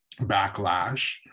backlash